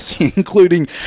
including